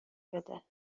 بده